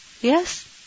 Yes